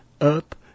up